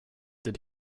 did